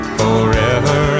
forever